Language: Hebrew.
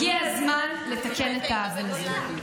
הגיע הזמן לתקן את העוול הזה.